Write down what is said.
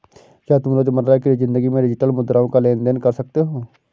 क्या तुम रोजमर्रा की जिंदगी में डिजिटल मुद्राओं का लेन देन कर सकते हो?